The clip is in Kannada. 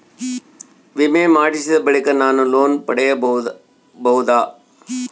ವಿಮೆ ಮಾಡಿಸಿದ ಬಳಿಕ ನಾನು ಲೋನ್ ಪಡೆಯಬಹುದಾ?